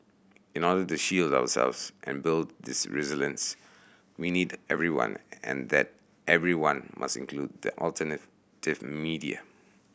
in order the shield ourselves and build this resilience we need everyone and that everyone must include the media